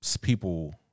people